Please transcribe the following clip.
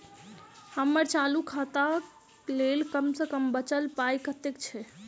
हम्मर चालू खाता लेल कम सँ कम बचल पाइ कतेक छै?